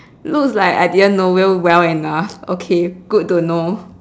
looks like I didn't know you well enough okay good to know